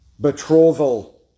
betrothal